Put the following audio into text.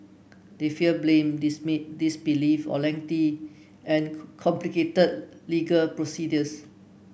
they fear blame disbelief or lengthy and complicated legal procedures